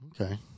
okay